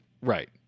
right